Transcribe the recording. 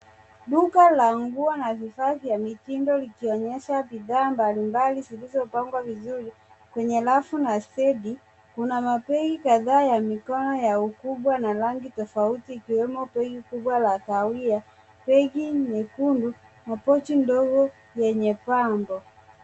Duka la nguo na vifaa vya mtindo ikionyesha bidhaa mbalimbali zilizopangwa vizuri kwenye rafu na stendi. Kuna mabegi kadhaa ya mikono ya ukubwa na rangi tofauti ikiwemo begi kubwa la kahawia, begi nyekundu na pochi ndogo yenye pambo.